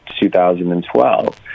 2012